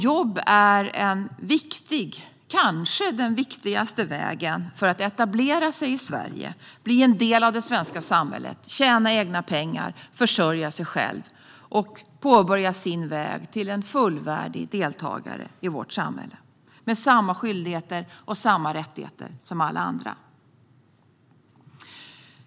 Jobb är en viktig väg, kanske den viktigaste, för att man ska kunna etablera sig i Sverige, bli en del av det svenska samhället, tjäna egna pengar, försörja sig själv och påbörja sin väg till att bli en fullvärdig deltagare i vårt samhälle med samma skyldigheter och samma rättigheter som alla andra.